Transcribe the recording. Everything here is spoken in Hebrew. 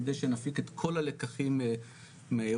כדי שנפיק את כל הלקחים מהאירוע,